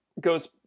goes